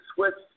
Swiss